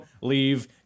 leave